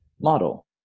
model